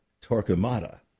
Torquemada